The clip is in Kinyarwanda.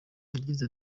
yagize